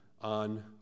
on